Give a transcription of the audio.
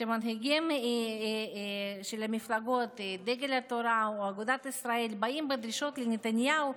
שמנהיגים של המפלגות דגל התורה או אגודת ישראל באים בדרישות לנתניהו,